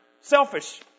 selfish